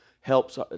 helps